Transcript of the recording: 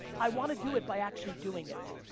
i want to do it by actually doing it.